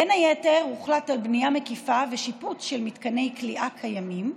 בין היתר הוחלט על בנייה מקיפה ושיפוץ של מתקני כליאה קיימים,